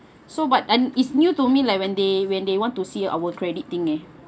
so but is new to me like when they when they want to see our credit thing leh